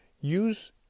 use